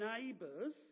neighbours